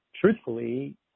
truthfully